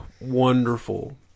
wonderful